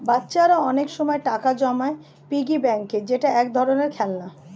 বাচ্চারা অনেক সময় টাকা জমায় পিগি ব্যাংকে যেটা এক ধরনের খেলনা